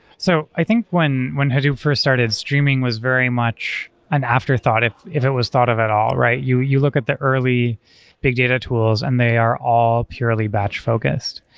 so i think when when hadoop first started streaming was very much an afterthought, if if it was thought of at all, right? you you look at the early big data tools, and they are all purely batch focused.